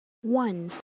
one